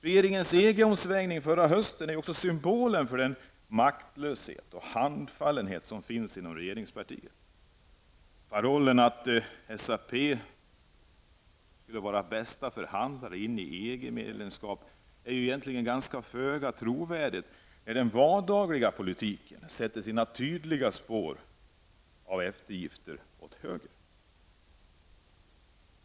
Regeringens EG-omsvängning förra hösten är också en symbol för den maktlöshet och handfallenhet som finns inom regeringspartiet. Parollen att SAP skulle vara den bäste förhandlaren när det gäller ett EG-medlemskap är egentligen föga trovärdig, eftersom den vardagliga politiken sätter sina tydliga spår i form av eftergifter åt höger.